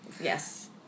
Yes